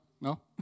No